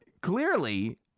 clearly